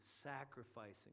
sacrificing